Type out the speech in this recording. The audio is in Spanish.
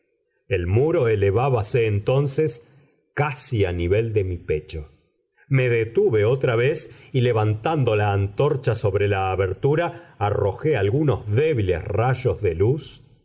el muro elevábase entonces casi a nivel de mi pecho me detuve otra vez y levantando la antorcha sobre la abertura arrojé algunos débiles rayos de luz